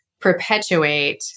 perpetuate